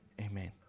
Amen